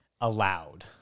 allowed